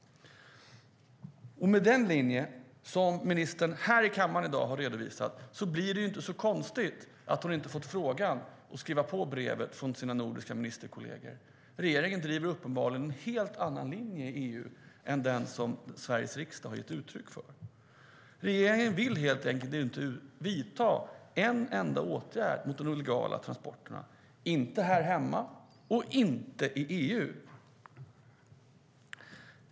Med den linje som ministern har redovisat här i kammaren i dag blir det inte så konstigt att hon inte fått frågan om att skriva på brevet från sina nordiska ministerkolleger. Regeringen driver uppenbarligen en helt annan linje i EU än den som Sveriges riksdag gett uttryck för. Regeringen vill helt enkelt inte vidta en enda åtgärd mot de illegala transporterna, inte här hemma och inte i EU.